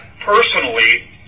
personally